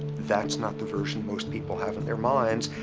that's not the version most people have in their minds.